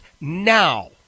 now